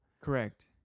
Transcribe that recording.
Correct